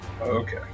Okay